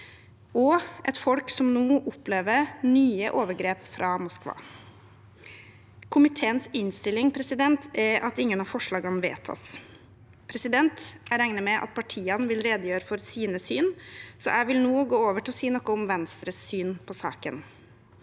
– et folk som nå opplever nye overgrep fra Moskva. Komiteens innstilling er at ingen av forslagene vedtas. Jeg regner med at partiene vil redegjøre for sine syn, så jeg vil nå gå over til å si noe om Venstres syn på saken.